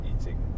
eating